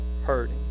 hurting